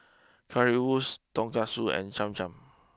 Currywurst Tonkatsu and Cham Cham